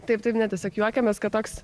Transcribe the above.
taip taip ne tiesiog juokiamės kad toks